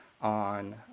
on